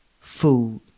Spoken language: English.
food